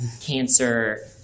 cancer